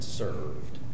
served